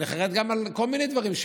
אני חרד גם על כל מיני דברים.